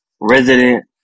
resident